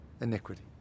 iniquity